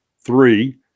Three